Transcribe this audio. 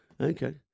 Okay